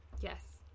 Yes